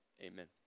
amen